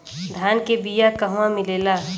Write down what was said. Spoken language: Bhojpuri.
धान के बिया कहवा मिलेला?